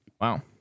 Wow